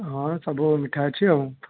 ହଁ ସବୁ ମିଠା ଅଛି ଆଉ